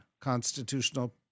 constitutional